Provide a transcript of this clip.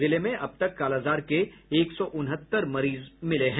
जिले में अब तक कालाजार के एक सौ उनहत्तर मरीज मिले हैं